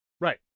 Right